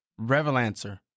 Revelancer